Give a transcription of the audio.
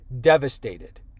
devastated